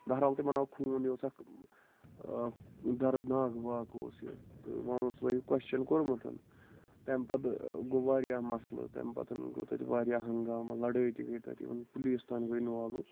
بہرحال تِمن آو خوٗن یہِ اوس اکھ دَرٕد ناکھ واقعہٕ اوس یہِ وۄنۍ اوس تۄہہِ یہِ کوشن کوٚرمُتن تَمہِ پَتہٕ گوٚو واریاہ مَسلہٕ تَمہِ پَتن گوٚو تَتہِ واریاہ ہنگامہٕ لَڑٲے تہِ گٔے تَتہِ اِوٕن پُلیٖس تہِ گٔے اِن والوٗ